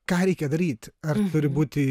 ką reikia daryt ar turi būti